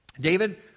David